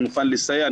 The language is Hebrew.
אני מוכן לסייע,